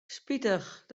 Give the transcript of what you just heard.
spitich